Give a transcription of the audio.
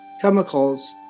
chemicals